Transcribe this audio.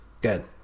good